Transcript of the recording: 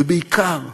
ובעיקר,